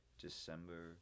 december